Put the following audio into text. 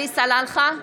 עלי סלאלחה,